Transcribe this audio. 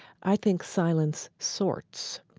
i think, silence sorts.